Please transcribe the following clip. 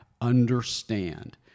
understand